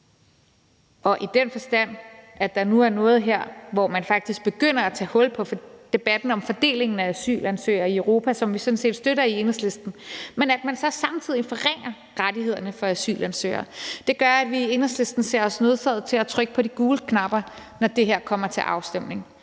at dykke helt ned i det her forslag, hvor man faktisk begynder at tage hul på debatten om fordelingen af asylansøgere i Europa, som vi sådan set støtter i Enhedslisten, men hvor man så samtidig forringer rettighederne for asylansøgere, er, at vi i Enhedslisten ser os nødsaget til at trykke på de gule knapper, når det her kommer til afstemning,